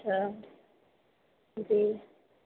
अच्छा जी